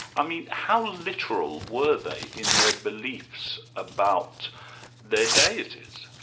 i mean, how literal were they in their beliefs about their deities?